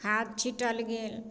खाद छिटल गेल